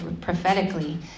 prophetically